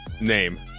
name